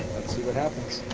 see what happens.